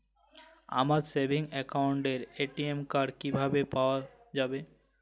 আমার সেভিংস অ্যাকাউন্টের ATM card কিভাবে পাওয়া যাবে?